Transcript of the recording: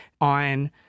on